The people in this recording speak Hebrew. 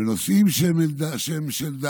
בנושאים של דת,